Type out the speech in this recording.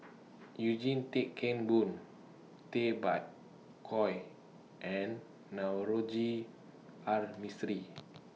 Eugene Tan Kheng Boon Tay Bak Koi and Navroji R Mistri